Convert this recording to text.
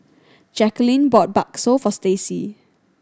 Jacalyn bought bakso for Staci